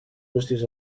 bústies